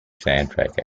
soundtrack